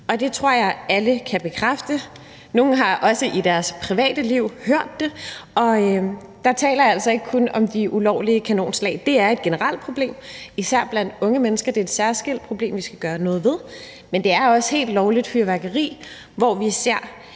det tror jeg alle kan bekræfte. Nogle har også i deres private liv hørt det, og der taler jeg altså ikke kun om de ulovlige kanonslag. Det er et generelt problem, især blandt unge mennesker – det er et særskilt problem, vi skal gøre noget ved – men det gælder også helt lovligt fyrværkeri, hvor vi ser,